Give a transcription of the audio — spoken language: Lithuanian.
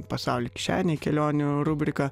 pasaulį kišenėje kelionių rubriką